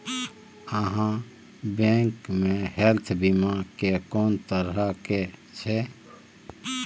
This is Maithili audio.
आहाँ बैंक मे हेल्थ बीमा के कोन तरह के छै?